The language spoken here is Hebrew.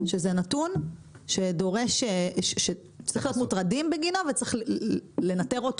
שזה נתון שצריך להיות מוטרדים בגינו וצריך לנתר אותו